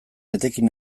etekin